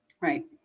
Right